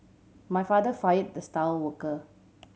my father fired the star worker